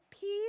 peace